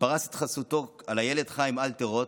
פרס את חסותו על הילד חיים אלתר רוט.